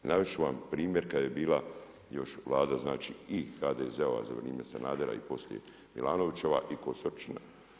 Navest ću vam primjer kad je bila još Vlada, znači i HDZ-ova za vrijeme Sanadera i poslije Milanovićeva i Kosoričina.